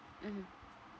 mmhmm